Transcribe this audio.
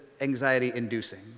anxiety-inducing